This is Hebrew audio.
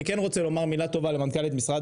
אני כן רוצה לומר מילה טובה למנכ"לית משרד